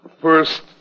First